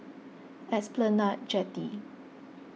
Esplanade Jetty